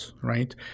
Right